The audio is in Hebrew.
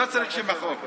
לא צריך שם החוק.